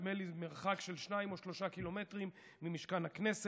נדמה לי במרחק של שניים או שלושה קילומטרים ממשכן הכנסת,